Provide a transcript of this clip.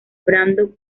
brandon